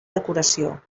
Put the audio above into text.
decoració